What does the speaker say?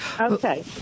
Okay